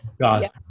God